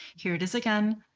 here it is again.